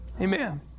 Amen